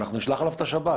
אנחנו נשלח אליו את השב"כ.